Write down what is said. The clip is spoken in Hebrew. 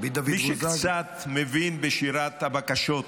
מי שקצת מבין בשירת הבקשות,